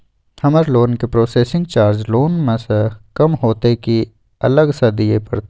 हमर लोन के processing charge loan म स कम होतै की अलग स दिए परतै?